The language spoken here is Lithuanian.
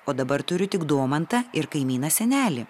o dabar turiu tik domantą ir kaimyną senelį